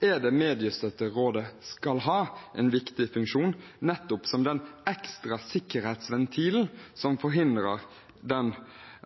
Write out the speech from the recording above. er det mediestøtterådet skal ha en viktig funksjon nettopp som den ekstra sikkerhetsventilen som forhindrer